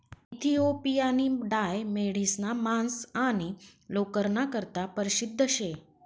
इथिओपियानी डाय मेढिसना मांस आणि लोकरना करता परशिद्ध शे